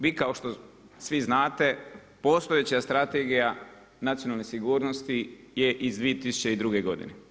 Mi kao što vi znate, postojeća Strategija nacionalne sigurnosti je iz 2002. godine.